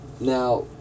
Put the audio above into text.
now